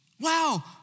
Wow